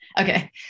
Okay